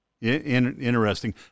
Interesting